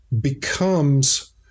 becomes